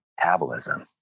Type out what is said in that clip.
metabolism